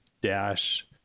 dash